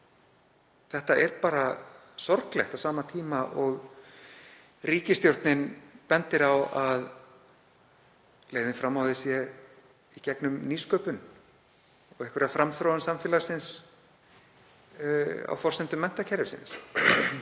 Þetta er sorglegt á sama tíma og ríkisstjórnin bendir á að leiðin fram á við sé í gegnum nýsköpun og einhverja framþróun samfélagsins á forsendum menntakerfisins.